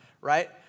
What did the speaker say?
right